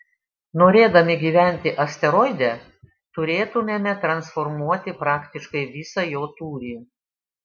norėdami gyventi asteroide turėtumėme transformuoti praktiškai visą jo tūrį